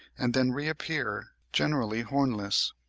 and then reappear, generally hornless.